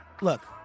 look